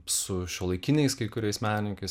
su šiuolaikiniais kai kuriais menininkais